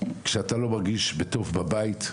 כשאתה לא מרגיש בטוב בבית שלך,